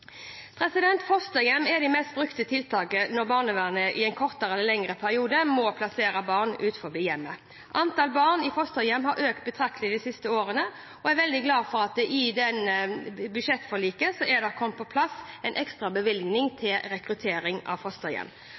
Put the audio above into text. Fosterhjem er det mest brukte tiltaket når barnevernet i en kortere eller lengre periode må plassere barn utenfor hjemmet. Antall barn i fosterhjem har økt betraktelig de siste årene, og jeg er veldig glad for at det i budsjettforliket er kommet på plass en ekstra bevilgning til rekruttering av fosterhjem.